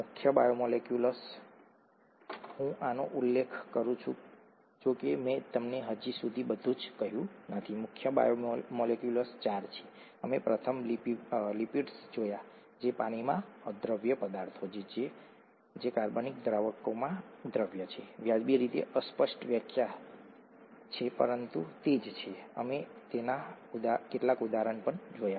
મુખ્ય બાયોમોલેક્યુલ્સ હું આનો ઉલ્લેખ કરું છું જો કે મેં તમને હજી સુધી બધું જ કહ્યું નથી મુખ્ય બાયોમોલેક્યુલ્સ ચાર છે અમે પ્રથમ લિપિડ્સ જોયા જે પાણીમાં અદ્રાવ્ય પદાર્થો છે જે કાર્બનિક દ્રાવકોમાં દ્રાવ્ય છે વ્યાજબી રીતે અસ્પષ્ટ વ્યાખ્યા પરંતુ તે જ છે અમે તેના કેટલાક ઉદાહરણો જોયા